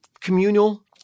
communal